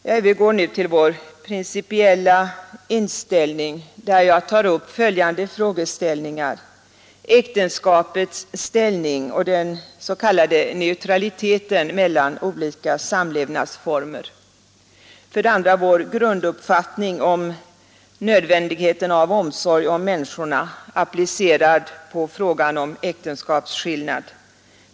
Jag övergår nu till vår principiella inställning, där jag tar upp följande geställningar: För det första: Äktenskapets ställning och den s.k. neutraliteten mellan olika samlevnadsformer. För det andra: Vår grunduppfattning om nödvändigheten av omsorg om människorna, applicerad på frågan om äktenskapsskillnad.